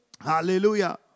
Hallelujah